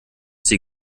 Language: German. sie